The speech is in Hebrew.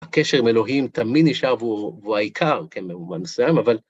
הקשר עם אלוהים תמיד נשאר, והוא העיקר כמובן מסיים, אבל...